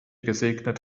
gesegnet